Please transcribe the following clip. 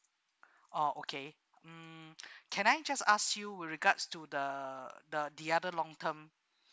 oh okay mm can I just ask you with regards to the the the other long term